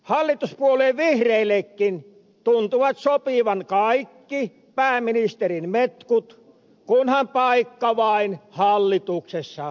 hallituspuolue vihreillekin tuntuvat sopivan kaikki pääministerin metkut kunhan vain paikka hallituksessa säilyy